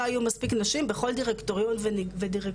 היו מספיק נשים בכל דירקטוריון ודירקטוריון.